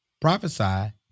prophesy